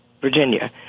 Virginia